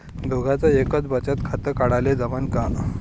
दोघाच एकच बचत खातं काढाले जमनं का?